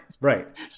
right